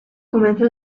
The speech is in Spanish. comenzó